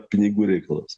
pinigų reikalas